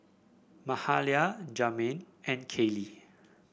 Mahalia Jaheim and Kaley